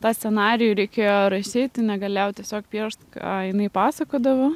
tą scenarijų reikėjo rašyt negalėjau tiesiog piešt ką jinai pasakodavo